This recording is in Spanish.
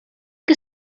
que